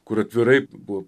kur atvirai buvo